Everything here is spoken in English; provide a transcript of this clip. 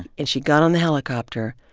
and she got on the helicopter.